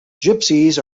gypsies